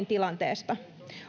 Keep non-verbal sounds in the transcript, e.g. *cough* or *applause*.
*unintelligible* tilanteesta